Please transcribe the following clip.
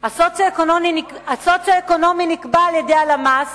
הדירוג הסוציו-אקונומי נקבע על-ידי הלמ"ס